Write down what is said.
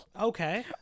Okay